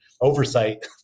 oversight